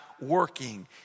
working